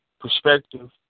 perspective